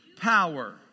power